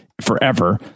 forever